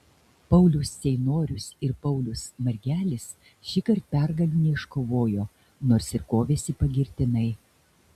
paulius ceinorius ir paulius margelis šįkart pergalių neiškovojo nors ir kovėsi pagirtinai